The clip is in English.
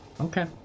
Okay